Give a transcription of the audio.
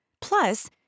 Plus